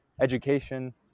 education